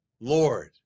Lord